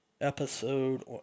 episode